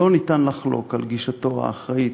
לא ניתן לחלוק על גישתו האחראית,